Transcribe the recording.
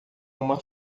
uma